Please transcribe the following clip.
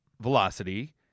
velocity